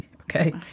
okay